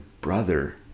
brother